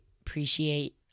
appreciate